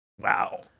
Wow